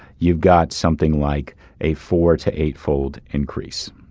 you've got something like a four to eight-fold increase.